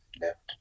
left